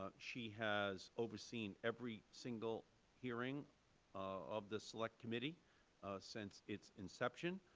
ah she has overseen every single hearing of the select committee since its inception,